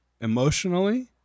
Emotionally